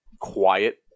quiet